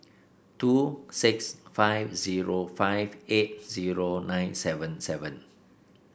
two six five zero five eight zero nine seven seven